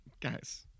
guys